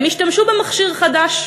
הם השתמשו במכשיר חדש,